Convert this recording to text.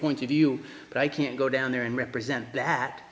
point of view but i can't go down there and represent that